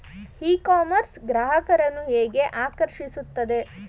E commerce ಗ್ರಾಹಕರನ್ನು ಹೇಗೆ ಆಕರ್ಷಿಸುತ್ತದೆ?